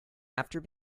after